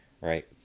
right